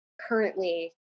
currently